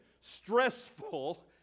stressful